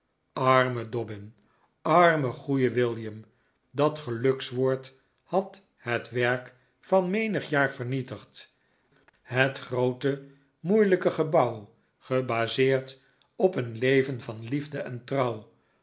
arme dobbin arme goeie william dat ongelukswoord had het werk van menig jaar vernietigd het groote moeilijke gebouw gebaseerd op een leven van liefde en trouw